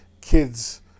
kids